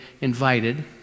invited